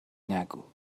نگو